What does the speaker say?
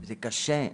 זה קשה.